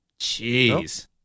Jeez